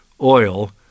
oil